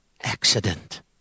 accident